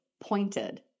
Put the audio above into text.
pointed